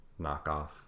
knockoff